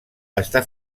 està